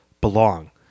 belong